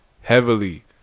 Heavily